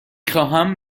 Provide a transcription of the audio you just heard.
خواهم